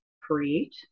create